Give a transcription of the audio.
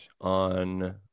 on